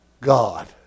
God